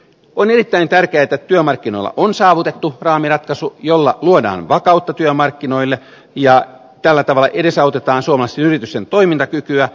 on erittäin tärkeätä että työmarkkinoilla on saavutettu raamiratkaisu jolla luodaan vakautta työmarkkinoille ja tällä tavalla edesautetaan suomalaisten yritysten toimintakykyä